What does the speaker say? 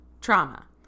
trauma